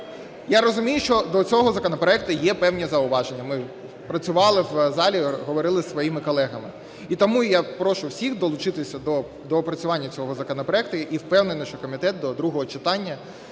Я розумію, що до цього законопроекту є певні зауваження, ми працювали в залі, говорили зі своїми колегами. І тому я прошу всіх долучитися до доопрацювання цього законопроекту, і впевнений, що комітет до другого читання